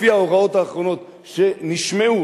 לפי ההוראות האחרונות שנשמעו,